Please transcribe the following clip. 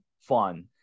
fun